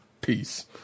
Peace